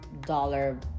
dollar